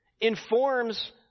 informs